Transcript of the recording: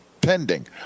pending